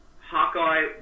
Hawkeye